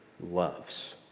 loves